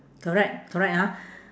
correct correct ah